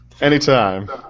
Anytime